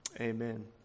Amen